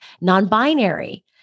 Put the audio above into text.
non-binary